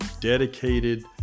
dedicated